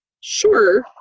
Sure